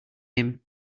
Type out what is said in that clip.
him